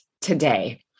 today